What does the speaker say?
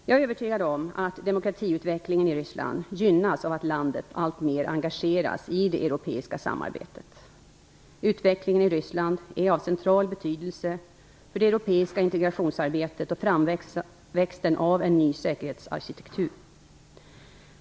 Jag är övertygad om att demokratiutvecklingen i Ryssland gynnas av att landet alltmer engageras i det europeiska samarbetet. Utvecklingen i Ryssland är av central betydelse för det europeiska integrationsarbetet och framväxten av en ny säkerhetsstruktur.